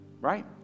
Right